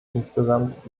insgesamt